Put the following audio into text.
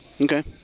Okay